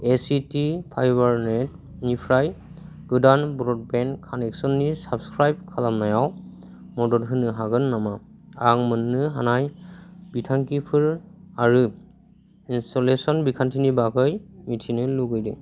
ACT फाइभारनिफ्राय गोदान broadband कानेकसननि साबस्क्राइब खालामनायाव मदद होनो हागोन नामा आं मोननो हानाय बिथांखिफोर आरो इन्सट'लेसन बिखान्थिनि बागै मिथिनो लुबैदों